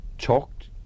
talked